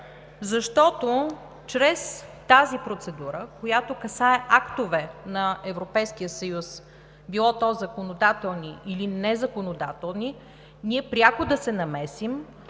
защото чрез тази процедура, която касае актове на Европейския съюз, било то законодателни или незаконодателни, ние пряко да се намесим,